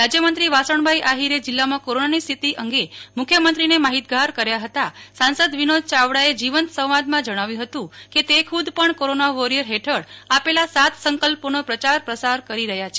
રાજયમંત્રી વાસણભાઇ આહિરે જિલ્લામાં કોરોનાની સ્થિતિ અંગે મુખ્યમંત્રીને માહિતગાર કર્યા હતા સાંસદ વિનોદ ચાવડાએ જીવંત સંવાદમાં જણાવ્યું હતું કે તે ખુ દ પણ કોરોના વોરિયર હેઠળ આપેલા સાત સંકલ્પોનોપ્રચાર પ્રસાર કરી રહ્યા છે